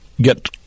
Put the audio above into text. get